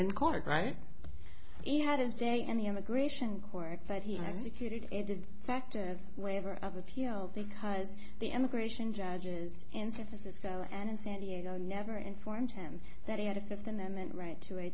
in court right he had his day in the immigration court but he was reputed in fact a waiver of appeal because the immigration judges in san francisco and san diego never informed him that he had a fifth amendment right to a